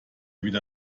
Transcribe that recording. wieder